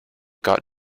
got